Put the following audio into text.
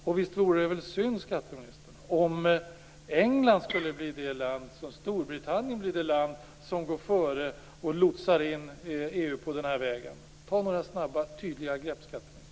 Och visst vore det synd, skatteministern, om Storbritannien skulle bli det land som gick före och lotsade in EU på den här vägen? Ta några snabba och tydliga grepp, skatteministern!